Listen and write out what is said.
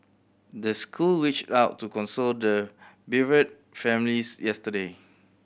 the school reached out to console the bereaved families yesterday